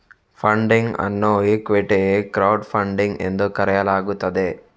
funding ಅನ್ನು equity crowd funding ಎಂದು ಕರೆಯಲಾಗುತ್ತದೆ